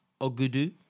Ogudu